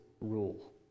rule